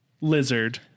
lizard